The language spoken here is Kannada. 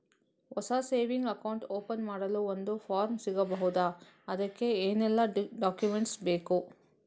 ಹೊಸ ಸೇವಿಂಗ್ ಅಕೌಂಟ್ ಓಪನ್ ಮಾಡಲು ಒಂದು ಫಾರ್ಮ್ ಸಿಗಬಹುದು? ಅದಕ್ಕೆ ಏನೆಲ್ಲಾ ಡಾಕ್ಯುಮೆಂಟ್ಸ್ ಬೇಕು?